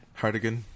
hardigan